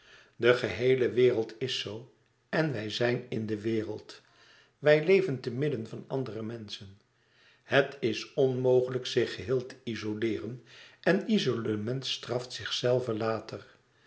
de geheele wereld is zoo en wij zijn in de wereld wij leven te midden van andere menschen het is onmogelijk zich geheel te izoleeren en izolement straft zichzelve later